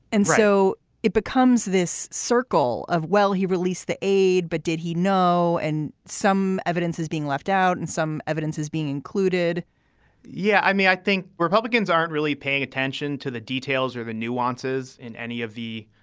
and so it becomes this circle of well, he released the aide, but did he know and some evidence is being left out and some evidence is being included yeah. i mean, i think republicans aren't really paying attention to the details or the nuances in any of the,